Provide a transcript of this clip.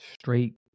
straight